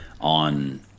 on